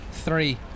Three